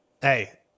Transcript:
hey